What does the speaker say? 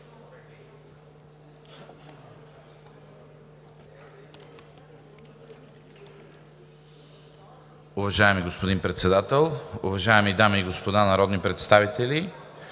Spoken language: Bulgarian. Уважаеми господин Председател, уважаеми дами и господа народни представители!